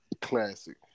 classic